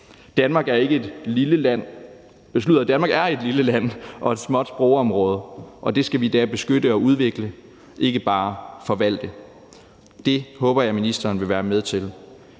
Danmark er et lille land og et lille sprogområde, og det skal vi da beskytte og udvikle, ikke bare forvalte. Det håber jeg ministeren vil være med til.